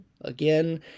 Again